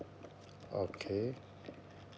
okay